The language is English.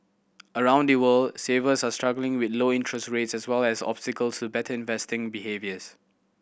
around the world savers are struggling with low interest rates as well as obstacles to better investing behaviours